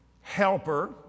helper